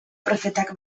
prefetak